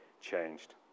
changed